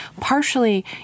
partially